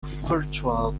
virtual